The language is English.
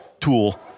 tool